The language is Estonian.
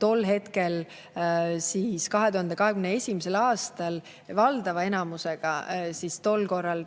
tol hetkel, 2021. aastal, valdava enamusega